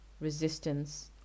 resistance